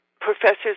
professors